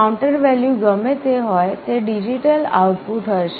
counter value ગમે તે હોય તે ડિજિટલ આઉટપુટ હશે